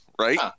right